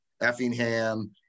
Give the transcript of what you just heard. Effingham